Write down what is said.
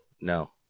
No